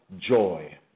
joy